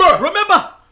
Remember